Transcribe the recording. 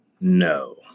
No